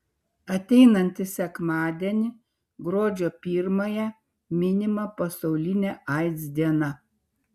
ateinantį sekmadienį gruodžio pirmąją minima pasaulinė aids diena